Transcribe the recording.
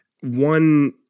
One